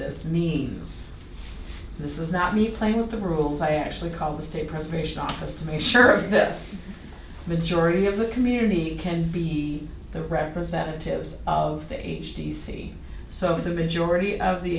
this means this is not me playing with the rules i actually call the state preservation office to make sure that majority of the community can be the representatives of the d c so if the majority of the